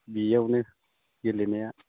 बेयावनो गेलेनाया